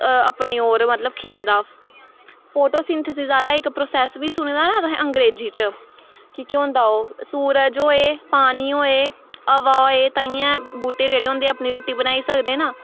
अपनी ओर मतलब खिच्चदा फोटोसिन्थसिस आह्ला इक प्रासेस बी सुने दा ना तुसें अंग्रेजी च कि केह् होंदा ओह् सूरज होऐ पानी होऐ हवा होऐ ताइयें बूह्टे जेह्ड़े होंदे अपनी रुट्टी बनाई सकदे ना